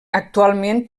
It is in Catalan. actualment